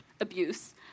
abuse